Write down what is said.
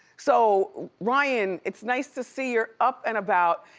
so ryan, it's nice to see you're up and about.